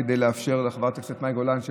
כדי לאפשר לחברת הכנסת מאי גולן,